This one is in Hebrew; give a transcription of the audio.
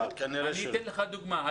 אני אתן לך דוגמה.